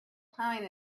plowing